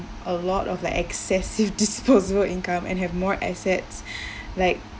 a lot of like excessive disposable income and have more assets like